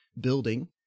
building